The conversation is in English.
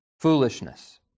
foolishness